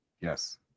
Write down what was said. Yes